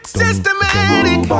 systematic